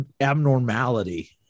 abnormality